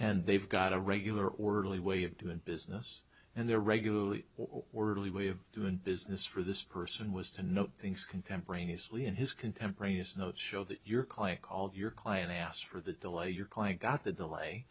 and they've got a regular orderly way of doing business and they're regularly orderly way of doing business for this person was to know things contemporaneously in his contemporaneous notes show that your client called your client asked for the delay your client got the delay